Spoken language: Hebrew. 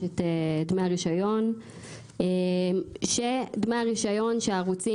יש את דמי הרישיון כשדמי הרישיון שהערוצים